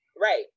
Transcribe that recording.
Right